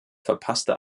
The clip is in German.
verpasste